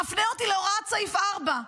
הוא מפנה אותי להוראת סעיף 4,